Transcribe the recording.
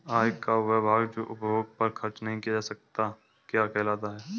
आय का वह भाग जो उपभोग पर खर्च नही किया जाता क्या कहलाता है?